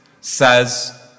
says